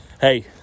Hey